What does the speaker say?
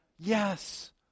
yes